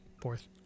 Fourth